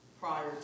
prior